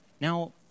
Now